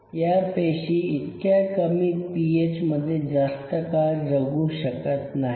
या पेशी इतक्या कमी पीएच मध्ये जास्त काळ जगू शकत नाहीत